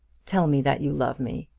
tell me that you love me.